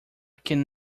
can